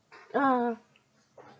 uh